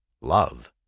love